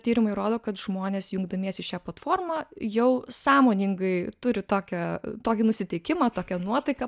tyrimai rodo kad žmonės jungdamiesi į šią platformą jau sąmoningai turi tokią tokį nusiteikimą tokią nuotaiką